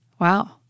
Wow